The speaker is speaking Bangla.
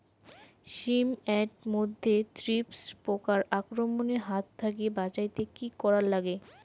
শিম এট মধ্যে থ্রিপ্স পোকার আক্রমণের হাত থাকি বাঁচাইতে কি করা লাগে?